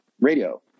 radio